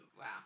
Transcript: wow